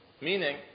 Meaning